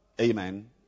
Amen